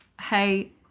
hey